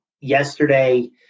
yesterday